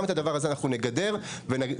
אנחנו נגדר גם את הדבר הזה,